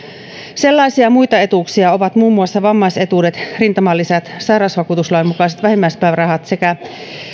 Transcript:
sellaisia muita etuuksia ovat muun muassa vammaisetuudet rintamalisät sairausvakuutuslain mukaiset vähimmäispäivärahat sekä